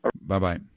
Bye-bye